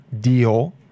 deal